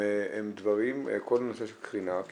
כל הנושא של קרינה,